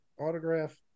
autograph